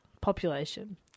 population